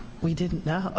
we didn't know. ah